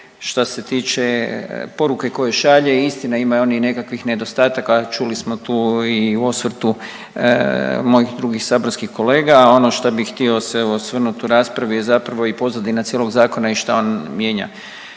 što se tiče poruke koju šalje istina, ima on i nekakvih nedostataka. Čuli smo tu i u osvrtu mojih drugih saborskih kolega. Ono što bih htio se osvrnut u raspravi je zapravo i pozadina cijelog zakona i šta on mijenja.